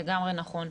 לגמרי נכון.